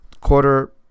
quarter